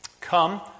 Come